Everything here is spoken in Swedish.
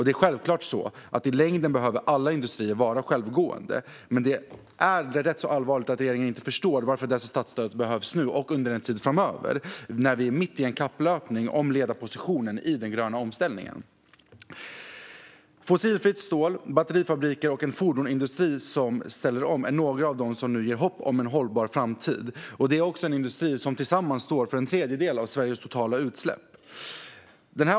Det är självklart att alla industrier i längden behöver vara självgående, men det är allvarligt att regeringen inte förstår varför dessa statsstöd behövs nu och en tid framöver, när vi är mitt uppe i en kapplöpning om ledarpositionen i den gröna omställningen. Fossilfritt stål, batterifabriker och en fordonsindustri som ställer om är några av de saker som nu ger hopp om en hållbar framtid, då dessa industrier tillsammans står för en tredjedel av Sveriges totala utsläpp.